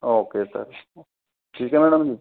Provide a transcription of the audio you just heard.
okay sir ठीक है madam जी